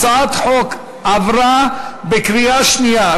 הצעת החוק עברה בקריאה שנייה.